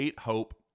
Hope